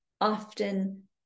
often